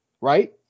right